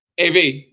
AV